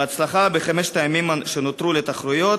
בהצלחה בחמשת הימים שנותרו לתחרויות,